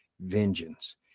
vengeance